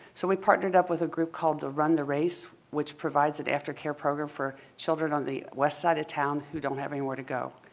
so we partnered up with a group called the run the race which provides an aftercare program for children on the west side of town who don't have anywhere to go.